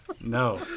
No